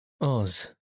Oz